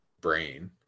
brain